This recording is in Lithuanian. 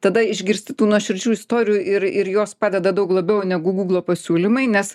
tada išgirsti tų nuoširdžių istorijų ir ir jos padeda daug labiau negu gūglo pasiūlymai nes